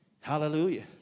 Hallelujah